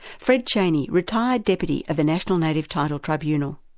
fred chaney, retired deputy of the national native title tribunal.